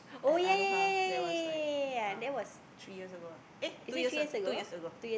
at Aloha that was like uh three years ago ah eh two years a~ two years ago